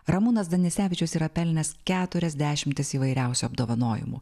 ramūnas danisevičius yra pelnęs keturias dešimtis įvairiausių apdovanojimų